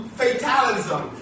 fatalism